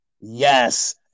Yes